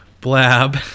Blab